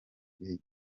gihe